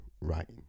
right